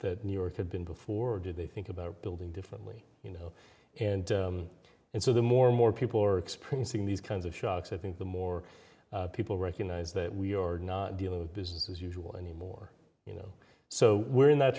that new york had been before did they think about building differently you know and and so the more and more people are experiencing these kinds of shocks i think the more people recognize that we are not dealing with business as usual anymore you know so we're in that